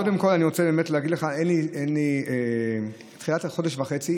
קודם כול אני רוצה להגיד לך שהתחילה בתוך חודש וחצי.